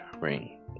ring